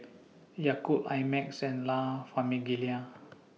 Yakult I Max and La Famiglia